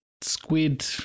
squid